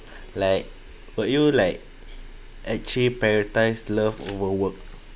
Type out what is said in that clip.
like would you like actually prioritised love over work